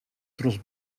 tros